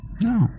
No